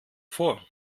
vor